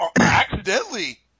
accidentally